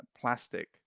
plastic